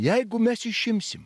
jeigu mes išimsim